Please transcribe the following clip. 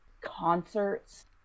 concerts